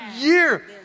year